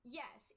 yes